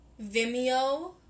Vimeo